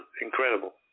incredible